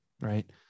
right